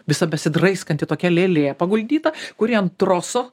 visa besidraikanti tokia lėlė paguldyta kuri ant troso